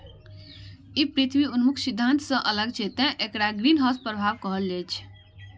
ई पृथ्वी उन्मुख सिद्धांत सं अलग छै, तें एकरा ग्रीनहाउस प्रभाव कहल जाइ छै